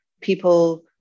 people